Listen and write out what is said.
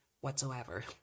whatsoever